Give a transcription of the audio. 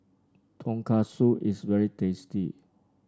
tonkatsu is very tasty